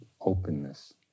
openness